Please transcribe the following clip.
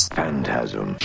phantasm